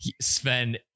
Sven